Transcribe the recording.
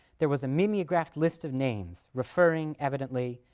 there was a mimeographed list of names referring, evidently,